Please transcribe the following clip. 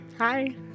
Hi